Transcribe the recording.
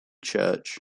church